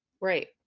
Right